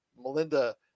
Melinda